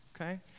okay